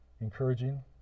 encouraging